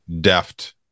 deft